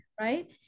Right